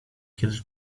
kiedy